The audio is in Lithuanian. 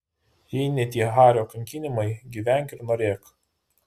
jei ne tie hario kankinimai gyvenk ir norėk